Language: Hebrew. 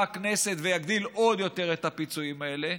הכנסת ויגדיל עוד יותר את הפיצויים האלה,